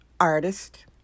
artist